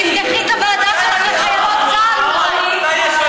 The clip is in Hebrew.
תפתחי את הוועדה שלך לחיילות צה"ל אולי.